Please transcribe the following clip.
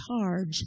charge